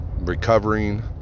recovering